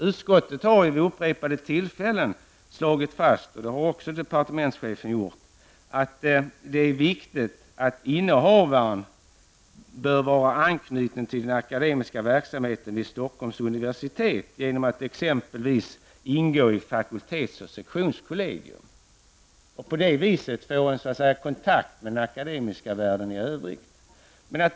Utskottet har vid upprepade tillfällen slagit fast -- det har också departementschefen gjort -- att det är viktigt att innehavaren av tjänsten är knuten till den akademiska verksamheten vid Stockholms universitet genom att exempelvis ingå i fakultetsoch sektionskollegium för att på det viset få kontakt med den akademiska världen i övrigt.